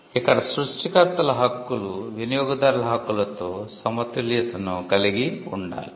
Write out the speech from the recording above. ఇక్కడ సృష్టికర్తల హక్కులు వినియోగదారుల హక్కులతో సమతుల్యతను కలిగి ఉండాలి